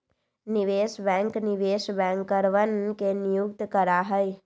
निवेश बैंक निवेश बैंकरवन के नियुक्त करा हई